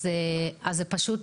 זה פשוט